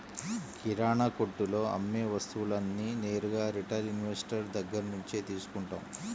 కిరణాకొట్టులో అమ్మే వస్తువులన్నీ నేరుగా రిటైల్ ఇన్వెస్టర్ దగ్గర్నుంచే తీసుకుంటాం